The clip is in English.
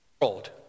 world